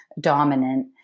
dominant